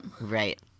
Right